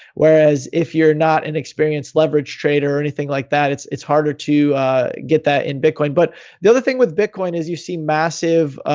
whereas if you're not an experienced leverage trader or anything like that, it's it's harder to get that in bitcoin. but the other thing with bitcoin is you see massive,